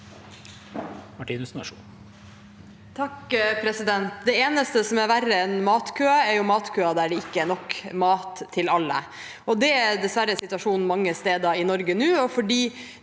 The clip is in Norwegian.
Det enes- te som er verre enn matkø, er matkøer der det ikke er nok mat til alle. Det er dessverre situasjonen mange steder i Norge nå.